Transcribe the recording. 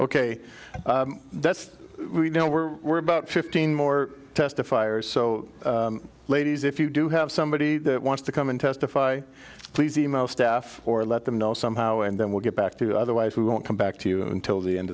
that's we know we're we're about fifteen more testifiers so ladies if you do have somebody that wants to come and testify please e mail stuff or let them know somehow and then we'll get back to you otherwise we won't come back to you until the end